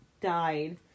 died